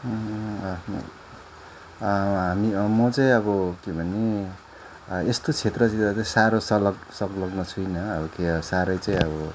आफ्नो हामी म चाहिँ अब के भन्ने यस्तो क्षेत्रतिर चाहिँ साह्रो सलग् संलग्न छुइनँ अब क्या साह्रै चाहिँ अब